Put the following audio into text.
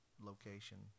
location